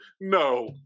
No